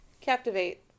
Captivate